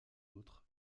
autres